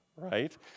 right